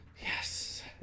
Yes